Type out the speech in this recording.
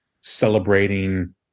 celebrating